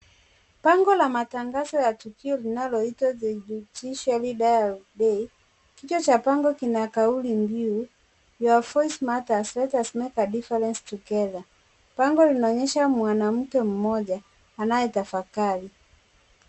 Bango la matangazo ya tukio linaloitwa The Judiciary Dialogue Day kichwa cha bango lina kauli mbinu Your Voice Matters Let's Make a Difference Together, bango linaonyesha mwanamke mmoja anayetafakali.